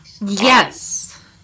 Yes